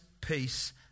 peace